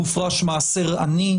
הופרש מעשר עני,